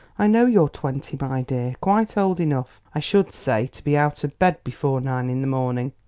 i know you're twenty, my dear quite old enough, i should say, to be out of bed before nine in the morning.